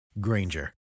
granger